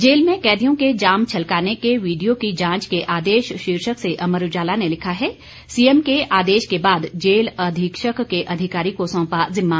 jail में कैदियों के जाम छलकाने के वीडियो की जांच के आदेश शीर्षक से अमर उजाला ने लिखा है सीएम के आदेश के बाद जेल अधीक्षक के अधिकारी को सौंपा जिम्मा